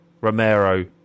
Romero